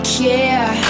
care